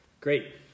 great